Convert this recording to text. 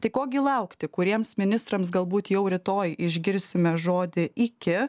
tai ko gi laukti kuriems ministrams galbūt jau rytoj išgirsime žodį iki